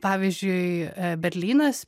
pavyzdžiui berlynas